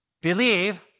believe